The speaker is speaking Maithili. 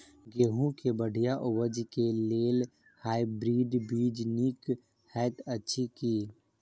गेंहूँ केँ बढ़िया उपज केँ लेल हाइब्रिड बीज नीक हएत अछि की?